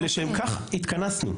ולשם כך התכנסנו.